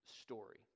story